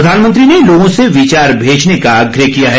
प्रधानमंत्री ने लोगों से विचार भेजने का आग्रह किया है